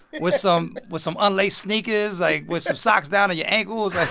with some with some unlaced sneakers like, with some socks down to your ankles. like.